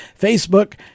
Facebook